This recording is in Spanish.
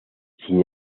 sin